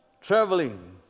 Traveling